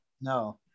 no